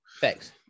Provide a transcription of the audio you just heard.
Thanks